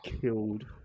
killed